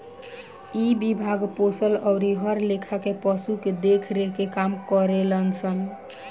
इ विभाग पोसल अउरी हर लेखा के पशु के देख रेख के काम करेलन सन